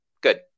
good